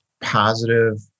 positive